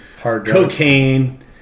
cocaine